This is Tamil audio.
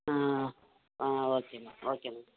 ஆ ஆ ஓகே மேம் ஓகே மேம்